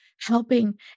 helping